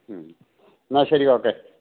മ്മ് എന്നാൽ ശരി ഓക്കെ